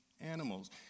animals